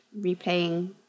replaying